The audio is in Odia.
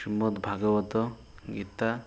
ଶ୍ରୀମଦ୍ ଭାଗବତ ଗୀତା